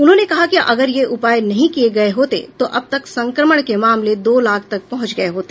उन्होंने कहा कि अगर ये उपाय नहीं किए गए होते तो अब तक संक्रमण के मामले दो लाख तक पहुंच गए होते